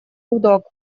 гудок